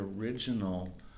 original